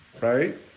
Right